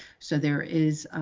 so there is,